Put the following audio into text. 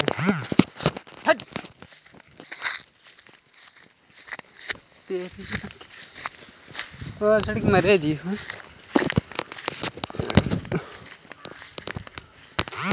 वृद्धावस्था या असहाय मासिक पेंशन किसे नहीं मिलती है?